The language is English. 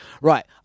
Right